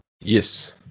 Yes